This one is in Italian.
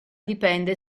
dipende